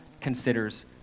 considers